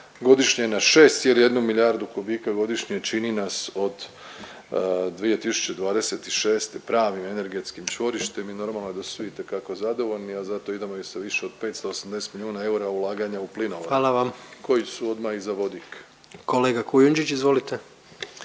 godišnje na 6,1 milijardu kubika godišnje, čini nas od 2026. pravim energetskim čvorištem i normalno da su itekako zadovoljni, a zato idemo i sa više od 580 milijuna eura ulaganja u plinovode … …/Upadica predsjednik: Hvala